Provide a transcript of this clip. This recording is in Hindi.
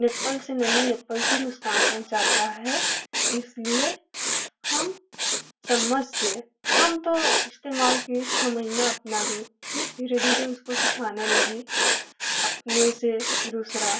निप्पल से नहीं निप्पल से नुकसान पहुँचाता है इसलिए हम चम्मच से हम तो इस्तेमाल किए छः महीना अपना दूध फिर धीरे धीरे उसको सिखाने लगी अपने से दूसरा